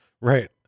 Right